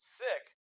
sick